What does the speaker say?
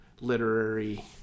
literary